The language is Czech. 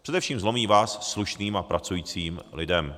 Především zlomí vaz slušným a pracujícím lidem.